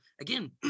again